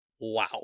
Wow